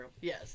Yes